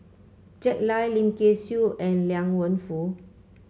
Jack Lai Lim Kay Siu and Liang Wenfu